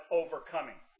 overcoming